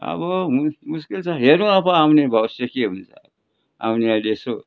अब मुस् मुस्किल छ होरौँ अब आउने भविष्य के हुन्छ आउनेहरूले यसो